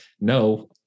No